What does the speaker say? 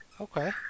Okay